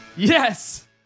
Yes